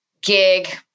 gig